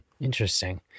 Interesting